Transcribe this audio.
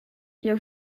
jeu